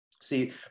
See